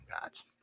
gods